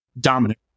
dominant